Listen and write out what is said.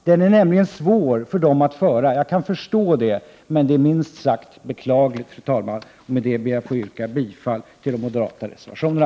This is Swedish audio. Det är nämligen svårt för dem att föra den. Jag kan förstå det, men det är minst sagt beklagligt. Fru talman! Med det anförda ber jag att få yrka bifall till de moderata reservationerna.